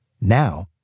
Now